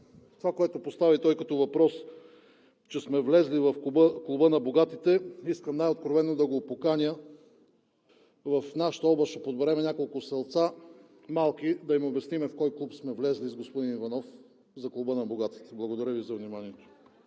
това, което постави той като въпрос, че сме влезли в Клуба на богатите, искам най-откровено да го поканя в нашата област, ще подберем няколко малки селца, да им обясним в кой клуб сме влезли с господин Иванов – за Клуба на богатите. Благодаря Ви за вниманието.